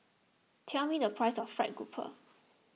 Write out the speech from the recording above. tell me the price of Fried Grouper